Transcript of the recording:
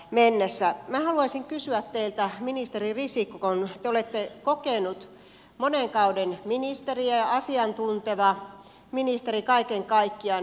minä haluaisin kysyä teiltä ministeri risikko kun te olette kokenut monen kauden ministeri ja asiantunteva ministeri kaiken kaikkiaan